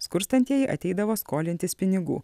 skurstantieji ateidavo skolintis pinigų